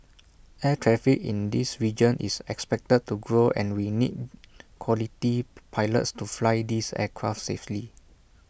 air traffic in this region is expected to grow and we need quality pilots to fly these aircraft safely